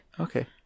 Okay